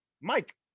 Mike